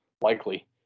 likely